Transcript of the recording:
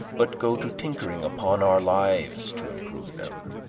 but go to tinkering upon our lives to improve them,